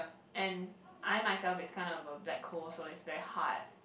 and I myself is kind of a black hole so is very hard